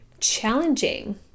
challenging